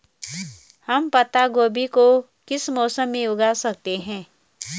हम पत्ता गोभी को किस मौसम में उगा सकते हैं?